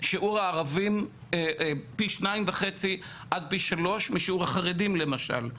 שיעור הערבים פי שניים וחצי עד פי שלוש משיעור החרדים למשל.